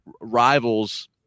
rivals